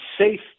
safe